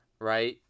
right